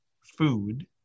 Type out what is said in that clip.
food